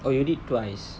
oh you did twice